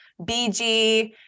BG